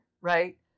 Right